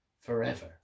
forever